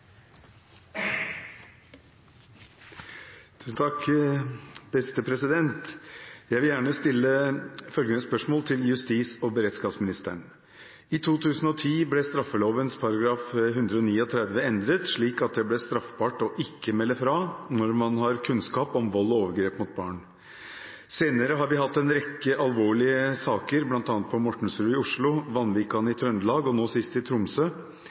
til justis- og beredskapsministeren: «I 2010 ble straffeloven § 139 endret slik at det ble straffbart å ikke melde fra når man har kunnskap om vold og overgrep mot barn. Senere har vi hatt en rekke alvorlige saker, bl.a. på Mortensrud i Oslo, Vanvikan i Trøndelag og nå sist i Tromsø,